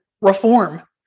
reform